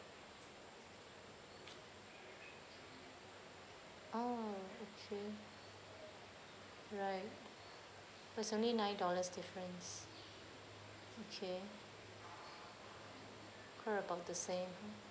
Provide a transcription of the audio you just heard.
oh K right it's only nine dollars difference okay cost about the same